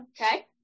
Okay